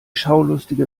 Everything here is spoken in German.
schaulustige